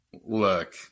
Look